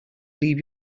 leave